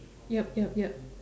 yup yup yup